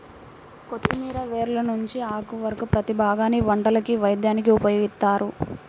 కొత్తిమీర వేర్ల నుంచి ఆకు వరకు ప్రతీ భాగాన్ని వంటకి, వైద్యానికి ఉపయోగిత్తారు